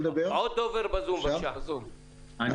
אני